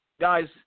Guys